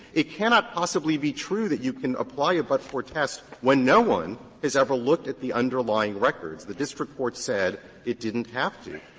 it cannot possibly be true that you can apply a but-for test when no one has ever looked at the underlying records. the district court said it didn't have to.